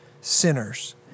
sinners